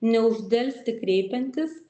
neuždelsti kreipiantis